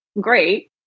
Great